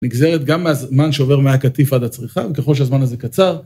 נגזרת גם מהזמן שעובר מהקטיף עד הצריכה, וככל שהזמן הזה קצר...